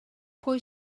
pwy